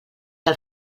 del